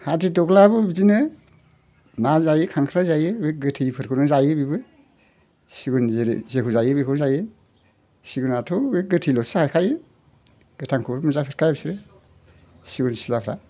हादिदग्लायाबो बिदिनो ना जायो खांख्राय जायो बे गोथैफोरखौनो जायो बेबो सिगुन जेखौ जायो बेखौनो जायो सिगुनाथ' गोथैल'सो जाखायो गोथांफोरखौ मोनजाखाया बिसोरो सिगुन सिलाफ्रा